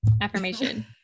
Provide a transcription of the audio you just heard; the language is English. affirmation